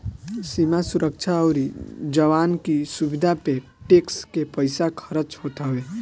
सीमा सुरक्षा अउरी जवान की सुविधा पे टेक्स के पईसा खरच होत हवे